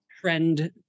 Trend